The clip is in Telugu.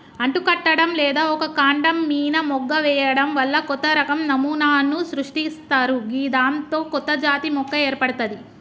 అంటుకట్టడం లేదా ఒక కాండం మీన మొగ్గ వేయడం వల్ల కొత్తరకం నమూనాను సృష్టిస్తరు గిదాంతో కొత్తజాతి మొక్క ఏర్పడ్తది